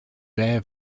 bear